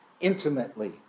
intimately